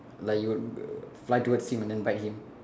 like you err fly towards him and then bite him